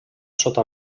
sota